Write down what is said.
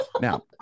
Now